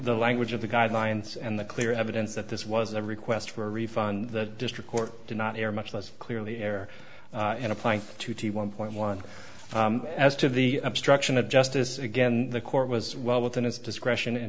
the language of the guidelines and the clear evidence that this was a request for a refund the district court did not err much less clearly air in applying to t one point one as to the obstruction of justice again the court was well within its discretion and